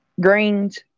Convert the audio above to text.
greens